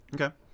Okay